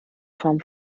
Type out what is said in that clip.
form